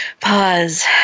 pause